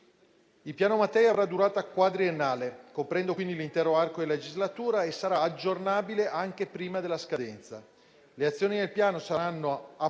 Il Piano Mattei avrà durata quadriennale, coprendo quindi l'intero arco della legislatura, e sarà aggiornabile anche prima della scadenza.